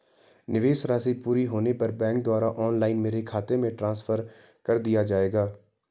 निवेश राशि पूरी होने पर बैंक द्वारा ऑनलाइन मेरे खाते में ट्रांसफर कर दिया जाएगा?